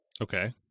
Okay